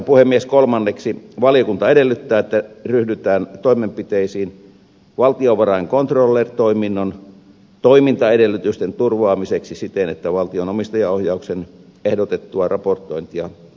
kolmanneksi valiokunta edellyttää että ryhdytään toimenpiteisiin valtiovarain controller toiminnon toimintaedellytysten turvaamiseksi siten että valtion omistajaohjauksen ehdotettua raportointia voidaan toteuttaa